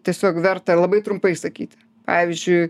tiesiog verta labai trumpai išsakyti pavyzdžiui